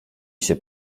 się